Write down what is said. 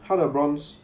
他的 bronze